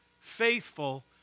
faithful